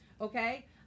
Okay